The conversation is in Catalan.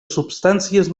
substàncies